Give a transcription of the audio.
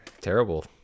Terrible